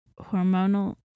hormonal